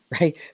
right